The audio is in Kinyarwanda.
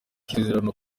isezerano